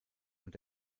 und